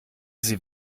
sie